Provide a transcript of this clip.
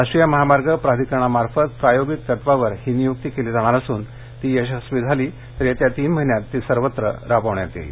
राष्ट्रीय महामार्ग प्राधिकरणामार्फत प्रायोगिक तत्त्वावर ही नियुक्ती केली जाणार असून ती यशस्वी झाली तर येत्या तीन महिन्यात ती सर्वत्र राबवण्यात येईल